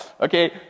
Okay